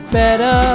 better